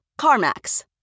CarMax